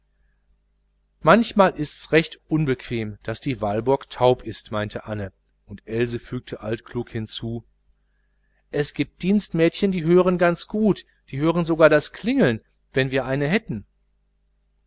manchmal ist's recht unbequem daß walburg taub ist meinte anne und else fügte altklug hinzu es gibt dienstmädchen die hören ganz gut die hören sogar das klingeln wenn wir so eine hätten